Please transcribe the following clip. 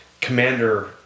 commander